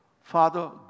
Father